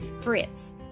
Fritz